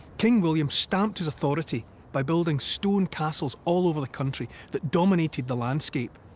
king william stamped his authority by building stone castles all over the country, that dominated the landscape.